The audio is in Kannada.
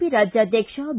ಪಿ ರಾಜ್ಯಾಧ್ಯಕ್ಷ ಬಿ